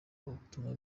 ubutumwa